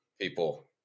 people